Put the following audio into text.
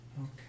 Okay